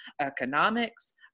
economics